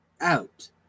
out